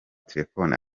telefoni